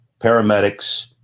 paramedics